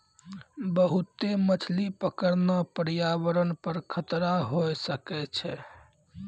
बहुते मछली पकड़ना प्रयावरण पर खतरा होय सकै छै